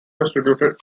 distributed